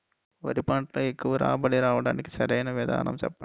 వరి పంటలో ఎక్కువ రాబడి రావటానికి సరైన విధానం చెప్పండి?